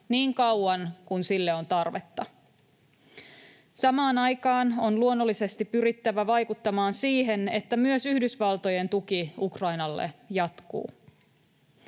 niin kauan kuin sille on tarvetta. Samaan aikaan on luonnollisesti pyrittävä vaikuttamaan siihen, että myös Yhdysvaltojen tuki Ukrainalle jatkuu.